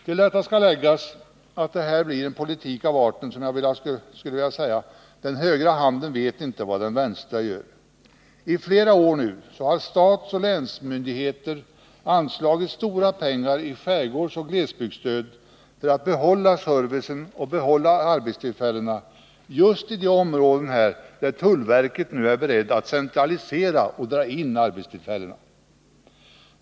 Till detta skall läggas att det här blir en politik av arten: Den högra handen vet inte vad den vänstra gör. I flera år har statsoch länsmyndigheter anslagit stora pengar i skärgårdsoch glesbygdsstöd för att behålla servicen och arbetstillfällena i just de områden där tullverket nu är berett att centralisera och att dra in arbetstillfällena.